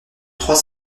trois